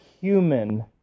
human